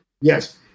Yes